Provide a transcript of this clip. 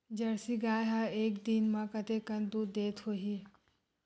Jersey गाय ह एक दिन म कतेकन दूध देत होही?